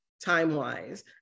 time-wise